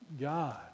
God